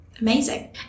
Amazing